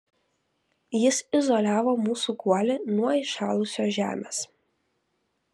jis izoliavo mūsų guolį nuo įšalusios žemės